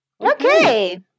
Okay